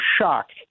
shocked